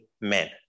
men